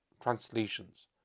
translations